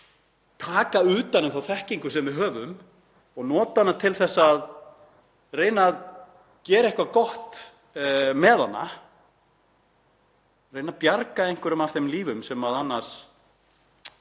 taka utan um þá þekkingu sem við höfum og nota hana til að reyna að gera eitthvað gott með hana, reyna að bjarga einhverjum af þeim lífum sem annars